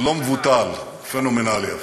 לא מבוטל, פנומנלי.